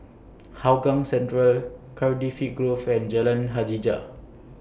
Hougang Central Cardifi Grove and Jalan Hajijah